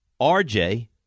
RJ